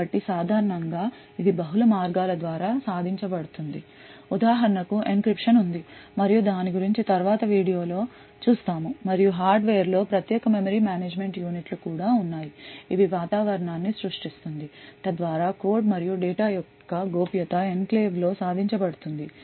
కాబట్టి సాధారణం గా ఇది బహుళ మార్గాల ద్వారా సాధించ బడుతుంది ఉదాహరణకు encryption ఉంది మరియు దాని గురించి తరువాత వీడియో లో చూస్తాము మరియు హార్డ్వేర్లో ప్రత్యేక మెమరీ మేనేజ్మెంట్ యూనిట్ లు కూడా ఉన్నాయి ఇది వాతావరణాన్ని సృష్టిస్తుంది తద్వారా కోడ్ మరియు డేటా యొక్క గోప్యత ఎన్క్లేవ్లో సాధించ బడుతుంది